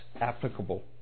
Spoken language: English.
applicable